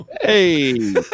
Hey